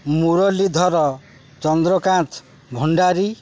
Muralidhar Chandrakant Bhandari